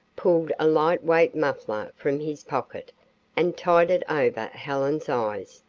pulled a light-weight muffler from his pocket and tied it over helen's eyes,